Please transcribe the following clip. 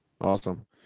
Awesome